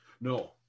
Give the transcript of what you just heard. no